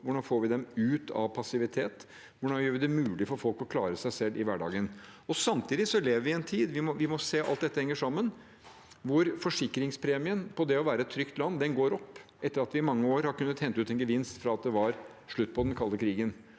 Hvordan får vi dem ut av passivitet? Hvordan gjør vi det mulig for folk å klare seg selv i hverdagen? Samtidig lever vi i en tid – og vi må se at alt dette henger sammen – hvor forsikringspremien for det å være et trygt land går opp, etter at vi i mange år har kunnet hente ut en gevinst fra at det var slutt på den kalde krigen.